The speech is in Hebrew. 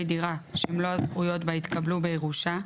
דירה שמלוא הזכויות בה התקבלו בירושה,